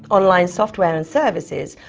online software and services,